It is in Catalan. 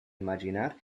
imaginar